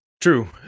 True